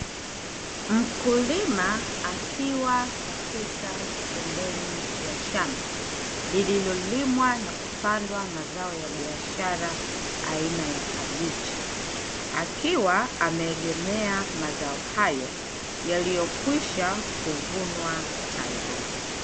Mkulima akiwa katika pembeni ya shamba, lililolimwa na kupandwa mazao ya biashara aina ya kabichi. Akiwa ameegemea mazao hayo yaliyokwishwa kuvunwa tayari.